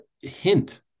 hint